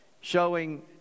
showing